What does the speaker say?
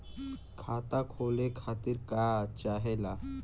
खाता खोले खातीर का चाहे ला?